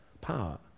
power